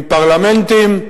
עם פרלמנטים,